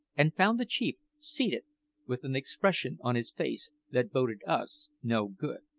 and found the chief seated with an expression on his face that boded us no good.